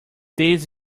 this